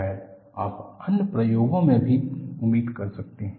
शायद आप अन्य प्रयोगों में भी उम्मीद कर सकते हैं